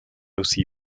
aussi